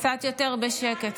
קצת יותר בשקט.